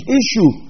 issue